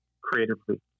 creatively